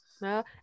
No